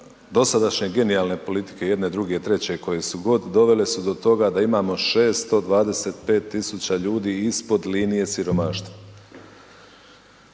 dosadašnje genijalne politike i jedne, druge, treće koje su god, dovele su do toga da imamo 625 tisuća ljudi ispod linije siromaštva.